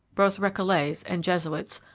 both recollets and jesuits,